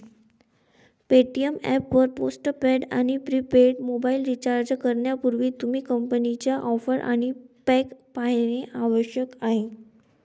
Paytm app वर post paid आणि prepaid mobile recharge करण्यापूर्वी, तुम्ही कंपनीच्या ऑफर आणि पॅक पाहणे आवश्यक आहे